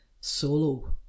solo